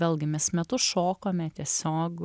vėlgi mes metus šokome tiesiog